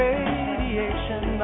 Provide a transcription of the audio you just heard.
Radiation